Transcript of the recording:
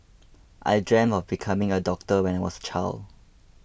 I dreamed of becoming a doctor when I was a child